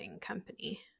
company